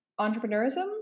entrepreneurism